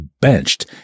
benched